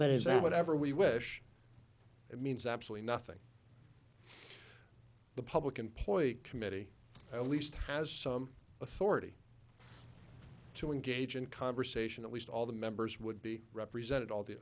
that whatever we wish it means absolutely nothing the public employee committee at least has some authority to engage in conversation at least all the members would be represented all the